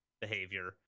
behavior